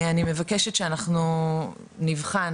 אני מבקשת שאנחנו נבחן,